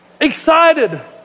excited